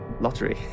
lottery